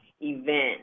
event